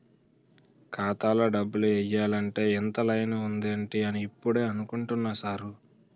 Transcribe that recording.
ఖాతాలో డబ్బులు ఎయ్యాలంటే ఇంత లైను ఉందేటి అని ఇప్పుడే అనుకుంటున్నా సారు